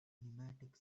pneumatic